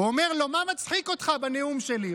אומר לו: מה מצחיק אותך בנאום שלי?